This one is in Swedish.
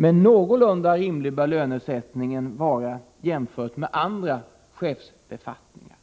Men någorlunda rimlig bör lönesättningen vara jämförd med den som gäller andra chefsbefattningar.